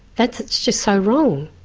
that's just so wrong.